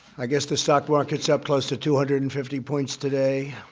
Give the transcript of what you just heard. i guess the stock market is up close to two hundred and fifty points today,